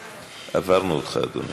עברנו אותך, אדוני.